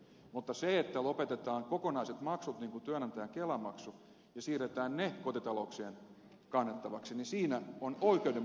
mutta siinä että lopetetaan kokonaiset maksut niin kuin työnantajan kelamaksu ja siirretään ne kotitalouksien kannettavaksi on oikeudenmukaisuusongelma